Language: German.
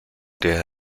der